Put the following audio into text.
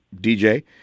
DJ